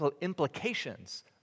implications